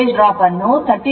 61 volt ಎಂದು ಬರೆಯುತ್ತಿದ್ದೇನೆ